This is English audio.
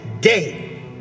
day